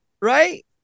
Right